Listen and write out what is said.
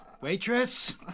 Waitress